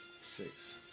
Six